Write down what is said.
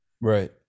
Right